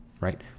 right